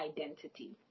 identity